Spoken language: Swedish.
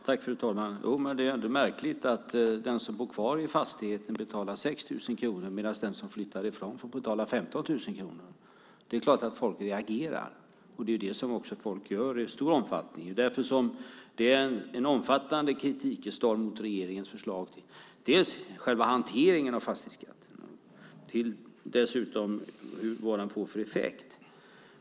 Fru talman! Det är ändå märkligt att den som bor kvar i fastigheten betalar 6 000 kronor medan den som flyttar från den får betala 15 000 kronor. Det är klart att folk reagerar i stor omfattning. Det är en omfattande kritikstorm mot regeringens förslag, dels mot själva hanteringen av fastighetsskatten, dels mot vad den får för effekt.